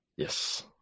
Yes